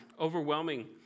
overwhelming